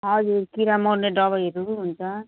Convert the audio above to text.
हजुर किरा मर्ने दबाईहरू पनि हुन्छ